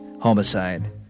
Homicide